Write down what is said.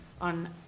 on